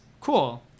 cool